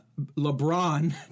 LeBron